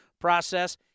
process